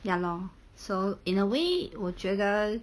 ya lor so in a way 我觉得